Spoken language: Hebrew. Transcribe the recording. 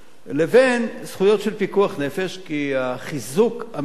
לבין זכויות של פיקוח נפש, כי חיזוק המבנים